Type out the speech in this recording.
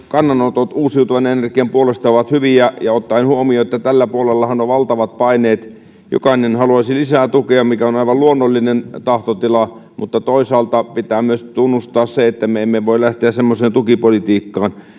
kannanotot uusiutuvan energian puolesta ovat hyviä ottaen huomioon että tällä puolellahan on valtavat paineet jokainen haluaisi lisää tukea mikä on aivan luonnollinen tahtotila mutta toisaalta pitää myös tunnustaa se että me emme voi lähteä semmoiseen tukipolitiikkaan